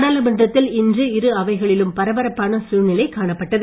நாடாளுமன்றத்தில் இன்று இரு அவைகளிலும் பரபரப்பான சூழ்நிலை காணப்பட்டது